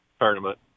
tournament